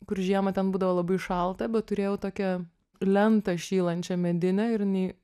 kur žiemą ten būdavo labai šalta bet turėjau tokią lentą šylančią medinę ir jinai